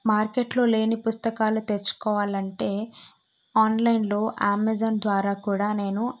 మార్కెట్లో లేని పుస్తకాలు తెచ్చుకోవాలంటే ఆన్లైన్లో అమెజాన్ ద్వారా కూడా నేను